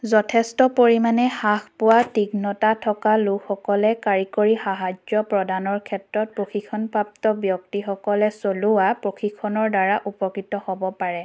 যথেষ্ট পৰিমাণে হ্ৰাস পোৱা তীঘ্নতা থকা লোকসকলে কাৰিকৰী সাহায্য প্ৰদানৰ ক্ষেত্ৰত প্ৰশিক্ষণপ্ৰাপ্ত ব্যক্তিসকলে চলোৱা প্ৰশিক্ষণৰ দ্বাৰা উপকৃত হ'ব পাৰে